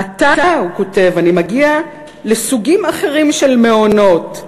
עתה, הוא כותב, אני מגיע לסוגים אחרים של מעונות.